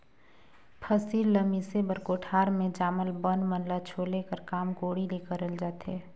फसिल ल मिसे बर कोठार मे जामल बन मन ल छोले कर काम कोड़ी ले करल जाथे